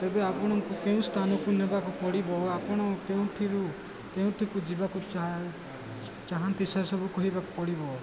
ତେବେ ଆପଣଙ୍କୁ କେଉଁ ସ୍ଥାନକୁ ନେବାକୁ ପଡ଼ିବ ଆପଣ କେଉଁଠିରୁ କେଉଁଠିକୁ ଯିବାକୁ ଚା ଚାହାନ୍ତି ସେସବୁ କହିବାକୁ ପଡ଼ିବ